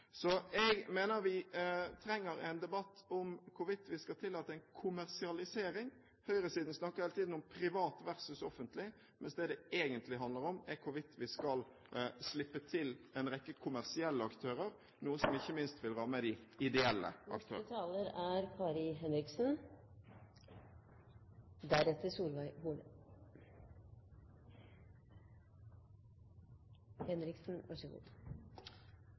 Så jeg mener vi trenger en debatt om hvorvidt vi skal tillate en kommersialisering. Høyresiden snakker hele tiden om privat versus offentlig, mens det det egentlig handler om, er hvorvidt vi skal slippe til en rekke kommersielle aktører, noe som ikke minst vil ramme de ideelle aktørene. Jeg skal da bruke valgfriheten, som Høyre er så